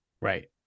Right